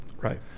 right